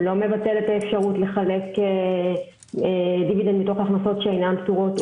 לא מבטל את האפשרות לחלק דיבידנד מתוך הכנסות שאינן פטורות.